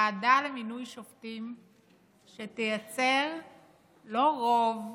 ועדה למינוי שופטים שתייצר לא רוב,